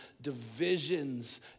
divisions